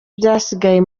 byasigaye